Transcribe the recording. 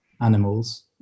animals